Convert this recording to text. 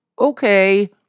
Okay